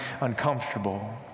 uncomfortable